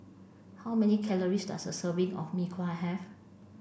how many calories does a serving of mee kuah have